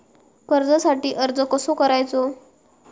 कर्जासाठी अर्ज कसो करायचो?